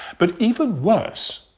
but even worse,